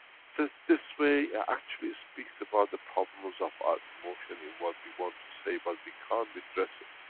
says, this way actually speaks about the problems of our emotion in what we want to say but we can't, redress it.